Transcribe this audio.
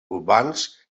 urbans